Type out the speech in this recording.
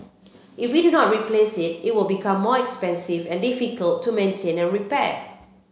if we do not replace it it will become more expensive and difficult to maintain and repair